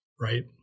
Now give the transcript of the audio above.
Right